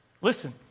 listen